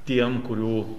tiem kurių